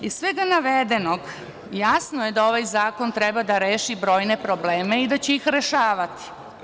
Iz svega navedenog jasno je da ovaj zakon treba da reši brojne probleme i da će ih rešavati.